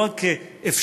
לא רק כאפשרות